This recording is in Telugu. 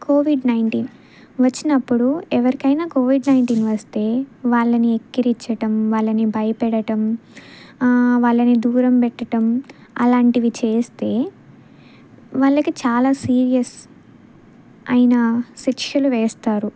కోవిడ్ నైన్టీన్ వచ్చినప్పుడు ఎవరికైనా కోవిడ్ నైన్టీన్ వస్తే వాళ్ళని ఎక్కిరిచటం వాళ్ళని భయపెడటం వాళ్ళని దూరం పెట్టటం అలాంటివి చేస్తే వాళ్ళకి చాలా సీరియస్ అయిన శిక్షలు వేస్తారు